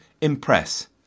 impress